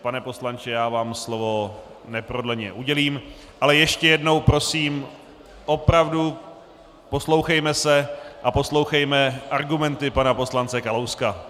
Pane poslanče, já vám slovo neprodleně udělím ale ještě jednou prosím, opravdu, poslouchejme se a poslouchejme argumenty pana poslance Kalouska.